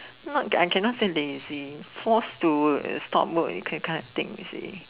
not that I can not say lazy forced to stop work you can kind of thing you see